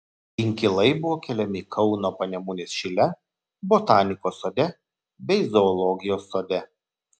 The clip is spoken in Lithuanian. inkilai buvo keliami kauno panemunės šile botanikos sode bei zoologijos sode